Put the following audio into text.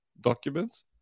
documents